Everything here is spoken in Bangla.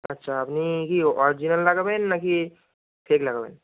আচ্ছা আপনি কি অরিজিনাল লাগাবেন নাকি ফেক লাগাবেন